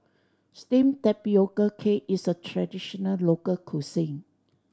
steamed tapioca cake is a traditional local cuisine